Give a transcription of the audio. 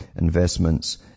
investments